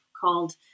called